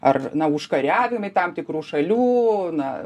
ar na užkariavimai tam tikrų šalių na